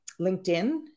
LinkedIn